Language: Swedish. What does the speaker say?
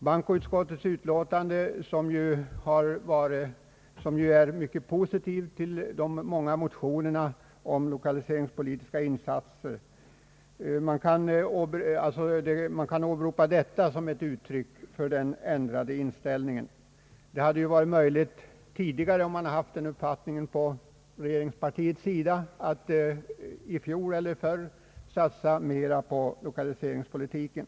Bankoutskottet är i sitt utlåtande mycket positivt till de många motionerna om lokaliseringspolitiska insatser, vilket kan åberopas som ett uttryck för den ändrade inställningen. Det hade ju varit möjligt, om man tidigare haft den uppfattningen inom regeringspartiet, att i fjol eller förr satsa mera på lokaliseringspolitiken.